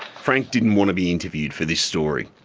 frank didn't want to be interviewed for this story.